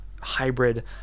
hybrid